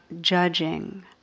judging